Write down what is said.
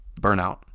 burnout